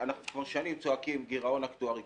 אנחנו כבר שנים צועקים "גירעון אקטוארי",